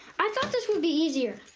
i thought this would be easier.